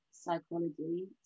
psychology